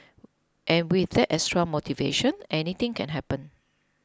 and with that extra motivation anything can happen